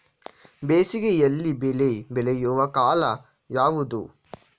ಬೇಸಿಗೆ ಯಲ್ಲಿ ಬೆಳೆ ಬೆಳೆಯುವ ಕಾಲ ಯಾವುದು?